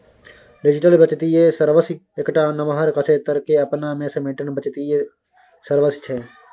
digital बित्तीय service एकटा नमहर क्षेत्र केँ अपना मे समेटने बित्तीय सर्विस छै